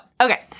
Okay